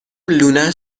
لونه